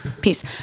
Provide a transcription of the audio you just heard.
Peace